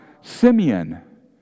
Simeon